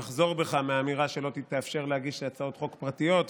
לחזור בך מהאמירה שלא תאפשר להגיש הצעות חוק פרטיות,